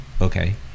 okay